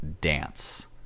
dance